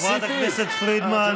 חברת הכנסת פרידמן.